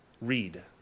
read